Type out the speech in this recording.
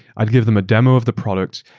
i'd give them a demo of the product,